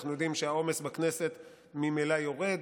אנחנו יודעים שהעומס בכנסת ממילא יורד,